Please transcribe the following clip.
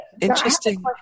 Interesting